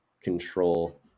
control